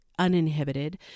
uninhibited